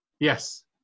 Yes